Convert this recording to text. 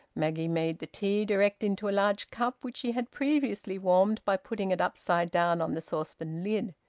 maggie made the tea direct into a large cup, which she had previously warmed by putting it upside down on the saucepan lid.